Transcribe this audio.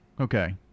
Okay